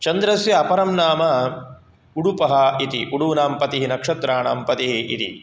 चन्द्रस्य अपरं नाम उडुपः इति उडूणां पतिः नक्षत्राणां पतिः इति